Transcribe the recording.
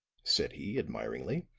said he, admiringly.